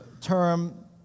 term